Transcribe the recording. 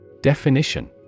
Definition